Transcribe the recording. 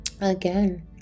again